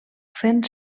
fent